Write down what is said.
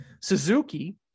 Suzuki